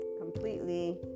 completely